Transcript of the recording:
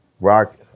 Rock